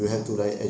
mm